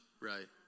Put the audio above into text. right